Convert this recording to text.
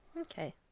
Okay